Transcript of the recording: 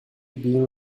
been